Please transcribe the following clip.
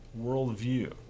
worldview